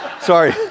Sorry